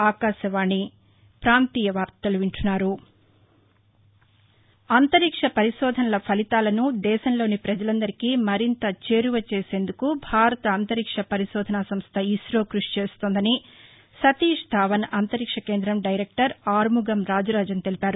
ఆంతరిక్ష పరిశోధనల ఫలితాలను దేశంలోని ప్రజలందరికీ మరింత చేరువ చేసేందుకు భారత అంతరిక్ష పరిశోధన సంస్ష ఇస్రో క్బషి చేస్తోందని సతీష్ ధావన్ అంతరిక్ష కేంద్రం డైరెక్షర్ ఆర్ముగం రాజరాజన్ తెలిపారు